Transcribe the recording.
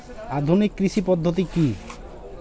আধুনিক কৃষি পদ্ধতি কী?